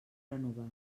renovar